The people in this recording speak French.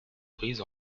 brise